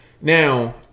Now